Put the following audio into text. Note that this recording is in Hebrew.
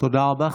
תודה רבה.